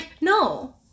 no